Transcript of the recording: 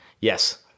Yes